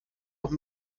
auch